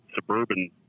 suburban